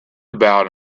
about